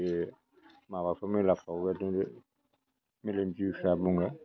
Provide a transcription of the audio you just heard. बे माबाफोर मेलाफोराव बेबादिनो मेलेम जिबिफ्रा बुङो